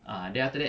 ah then after that